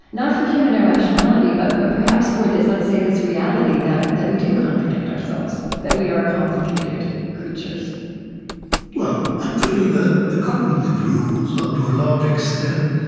not for human irrationality, but but perhaps for, let's say, this reality that that we do contradict ourselves, that we are complicated creatures well, actually, the the cognitive rules are, to a large extent,